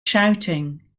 shouting